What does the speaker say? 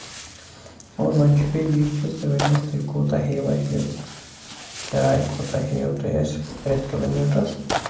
اور وۄنۍ چھُ بیٚیہِ یہِ چیٖز تُہۍ ؤنِو اسہِ تُہۍ کوٗتاہ ہییو اَسہِ یہِ کِراے کوٗتاہ ہیٚیو تُہۍ اَسہِ پرٮ۪تھ کِلوٗمیٖٹرَس